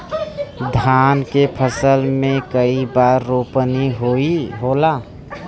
धान के फसल मे कई बार रोपनी होला?